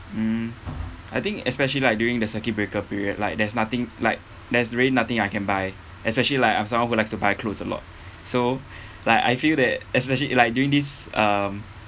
um I think especially like during the circuit breaker period like there's nothing like there's really nothing I can buy especially like uh someone who likes to buy clothes a lot so like I feel that especially like during this um